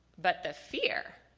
but the fear,